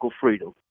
freedom